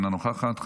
אינה נוכחת,